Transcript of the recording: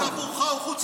רק עבורך הוא חוץ לארץ.